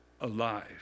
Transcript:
alive